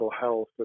health